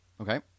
Okay